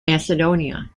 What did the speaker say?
macedonia